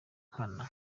nkana